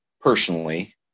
personally